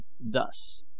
thus